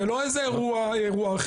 זה לא איזה אירוע אחר.